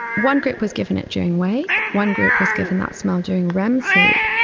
one group was given it during awake, one group was given that smell during rem sleep,